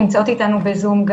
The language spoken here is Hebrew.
נמצאות איתנו בזום,